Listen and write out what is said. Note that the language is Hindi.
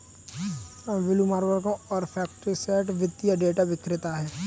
ब्लूमबर्ग और फैक्टसेट वित्तीय डेटा विक्रेता हैं